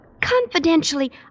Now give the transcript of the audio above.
confidentially